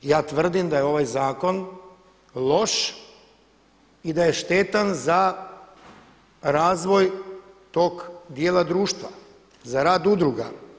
Ja tvrdim da je ovaj zakon loš i da je štetan za razvoj tog dijela društva, za rad udruga.